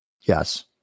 Yes